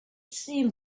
seemed